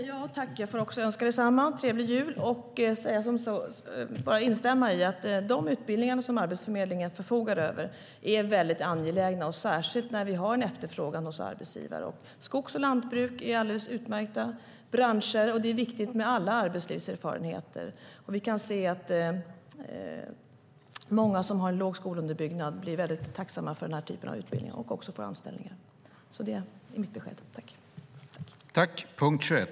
Herr talman! Jag får önska detsamma, en trevlig jul, och instämma i att de utbildningar som Arbetsförmedlingen förfogar över är väldigt angelägna, särskilt när vi har en efterfrågan hos arbetsgivare. Skogs och lantbruk är alldeles utmärkta branscher. Det är viktigt med alla arbetslivserfarenheter. Vi kan se att många som har låg skolunderbyggnad blir väldigt tacksamma för den här typen av utbildning och också för anställningar. Det är mitt besked.